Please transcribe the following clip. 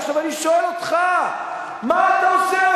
עכשיו, אני שואל אותך: מה אתה עושה?